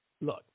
Look